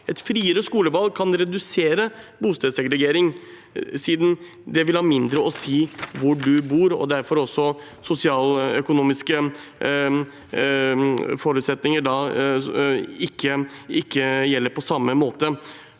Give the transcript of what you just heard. Et friere skolevalg kan redusere bostedssegregering siden det vil ha mindre å si hvor man bor, og derfor vil sosialøkonomiske forutsetninger ikke gjelde på samme måte.